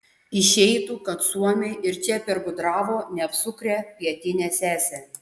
išeitų kad suomiai ir čia pergudravo neapsukrią pietinę sesę